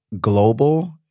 global